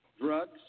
Drugs